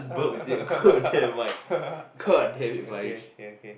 okay okay okay